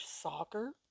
soccer